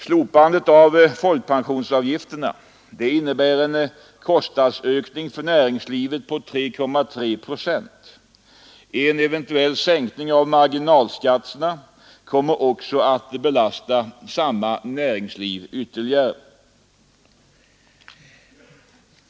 Slopandet av folkpensionsavgifterna innebär en kostnadsökning för näringslivet på 3,3 procent. En eventuell sänkning av marginalskatterna kommer att belasta sam ma näringsliv ytterligare.